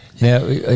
Now